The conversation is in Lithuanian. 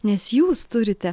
nes jūs turite